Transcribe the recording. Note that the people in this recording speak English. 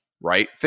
right